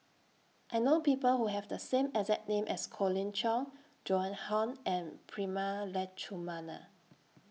I know People Who Have The same exact name as Colin Cheong Joan Hon and Prema Letchumanan